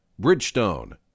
Bridgestone